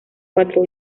cuatro